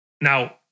Now